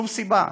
שום סיבה.